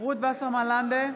רות וסרמן לנדה,